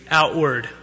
outward